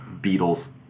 Beatles